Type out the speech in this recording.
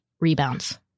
rebounds